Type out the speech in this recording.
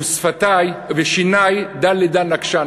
ושפתי ושיני דא לדא נקשן.